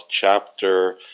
chapter